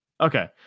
Okay